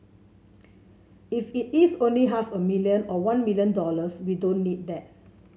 if it is only half a million or one million dollars we don't need that